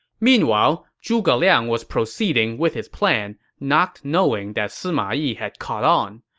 meanwhile, zhuge liang was proceeding with his plan, not knowing that sima yi had caught on.